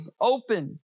open